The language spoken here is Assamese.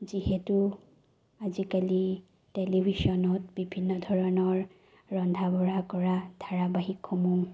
যিহেতু আজিকালি টেলিভিশ্যনত বিভিন্ন ধৰণৰ ৰন্ধা বঢ়া কৰা ধাৰাবাহিকসমূহ